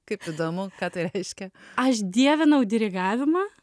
kaip įdomu ką tai reiškia aš dievinau dirigavimą